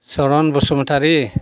Saran Basumatary